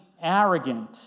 arrogant